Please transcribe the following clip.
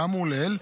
כאמור לעיל,